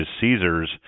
Caesar's